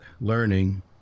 learning